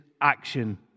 action